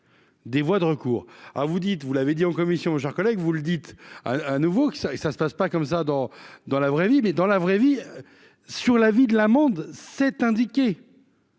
ah vous dites, vous l'avez dit en commission, chers collègues, vous le dites un nouveau qui, ça et ça se passe pas comme ça dans dans la vraie vie, mais dans la vraie vie, sur la vie de l'amende, c'est indiqué.